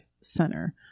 center